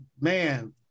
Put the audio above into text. man